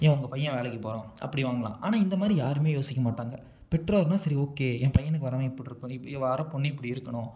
ஏன் உங்கள் பையன் வேலைக்கு போகணும் அப்படி வாங்கலாம் ஆனால் இந்த மாதிரி யாரும் யோசிக்க மாட்டாங்க பெற்றோர்னால் சரி ஓகே என் பையனுக்கு வர்றவன் இப்படி இருக்கணும் வர்ற பெண்ணு இப்படி இருக்கணும்